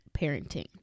parenting